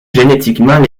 génétiquement